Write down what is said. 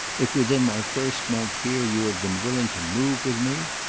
if within my first month here you had been willing to move with me!